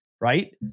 right